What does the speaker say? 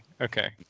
Okay